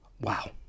Wow